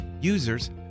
Users